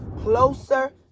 closer